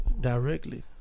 directly